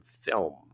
film